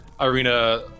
Irina